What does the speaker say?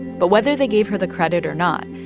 but whether they gave her the credit or not,